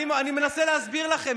אני מנסה להסביר לכם,